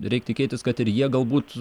reik tikėtis kad ir jie galbūt